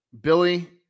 billy